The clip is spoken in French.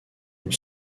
une